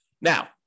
now